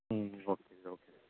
ம் okay sir okay